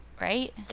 right